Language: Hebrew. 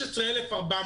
16,400 שקלים.